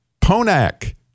Ponak